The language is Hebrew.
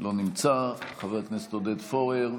לא נמצא, חבר הכנסת עודד פורר,